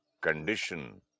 condition